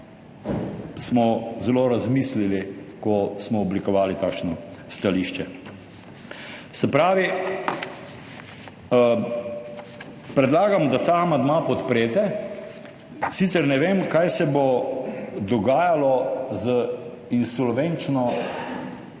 smo zelo razmislili, ko smo oblikovali takšno stališče. Se pravi, predlagam, da ta amandma podprete, sicer ne vem, kaj se bo dogajalo z insolvenčno